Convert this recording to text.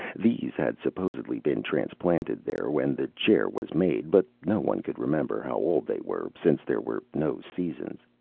these had supposedly been transplanted there when the chair was made, but no one could remember how old they were since there were no seasons,